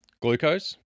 glucose